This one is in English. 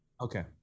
Okay